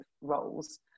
roles